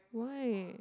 why